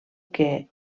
que